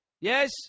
Yes